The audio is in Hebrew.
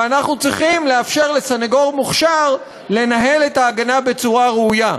ואנחנו צריכים לאפשר לסנגור מוכשר לנהל את ההגנה בצורה ראויה.